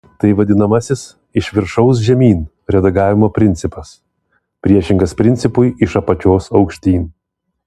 tai vadinamasis iš viršaus žemyn redagavimo principas priešingas principui iš apačios aukštyn